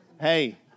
hey